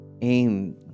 aim